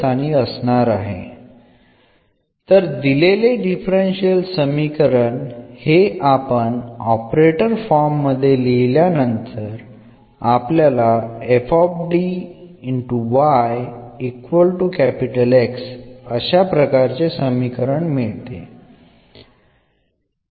തന്നിരിക്കുന്ന ഡിഫറൻഷ്യൽ സമവാക്യത്തെ എന്ന ഓപ്പറേറ്റർ ഫോമിൽ എഴുതപ്പെട്ടിട്ടുണ്ട്